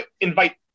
invite